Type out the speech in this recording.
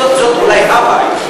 זאת אולי הבעיה.